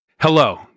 Hello